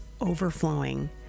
overflowing